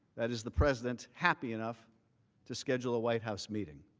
that is the president, happy enough to schedule a white house meeting.